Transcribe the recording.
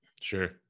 Sure